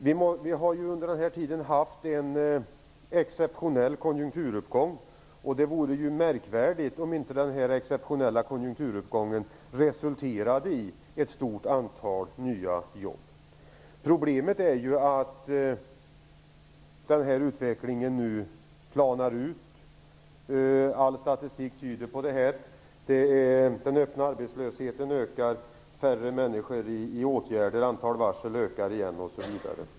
Vi har under den här tiden haft en exceptionell konjunkturuppgång, och det vore ju märkligt om inte denna uppgång resulterade i ett stort antal nya jobb. Problemet är ju att utvecklingen nu planar ut. All statistik tyder på det. Den öppna arbetslösheten ökar, färre människor befinner sig i åtgärder, antalet varsel ökar osv.